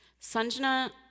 Sanjana